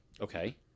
Okay